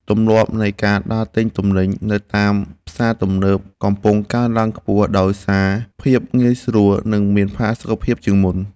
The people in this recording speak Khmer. ទម្លាប់នៃការដើរទិញទំនិញនៅតាមផ្សារទំនើបកំពុងកើនឡើងខ្ពស់ដោយសារភាពងាយស្រួល និងមានផាសុកភាពជាងមុន។